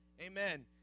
Amen